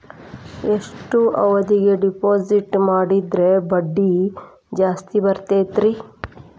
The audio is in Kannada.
ಎಷ್ಟು ಅವಧಿಗೆ ಡಿಪಾಜಿಟ್ ಮಾಡಿದ್ರ ಬಡ್ಡಿ ಜಾಸ್ತಿ ಬರ್ತದ್ರಿ?